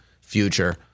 future